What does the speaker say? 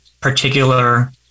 particular